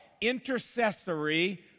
intercessory